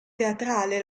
teatrale